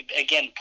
again